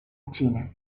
chinas